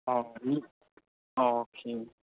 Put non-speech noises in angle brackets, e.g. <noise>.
ꯑꯧ <unintelligible> ꯑꯣꯀꯦ